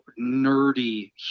nerdy